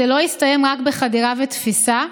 זה לא הסתיים רק בחדירה ותפיסה.